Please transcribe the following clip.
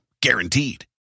Guaranteed